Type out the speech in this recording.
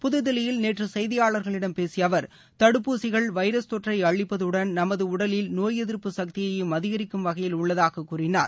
புதுதில்லியில் நேற்று செய்தியாளர்களிடம் பேசிய அவர் தடுப்பூசிகள் வைரஸ் தொற்றை அழிப்பதுடன் நமது உடலில் நோய் எதிர்ப்பு சக்தியையும் அதிகிக்கும் வகையில் உள்ளதாக கூறினார்